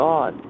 God